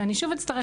שאני שוב אצטרך,